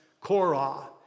Korah